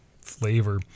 flavor